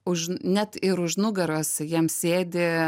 už net ir už nugaros jam sėdi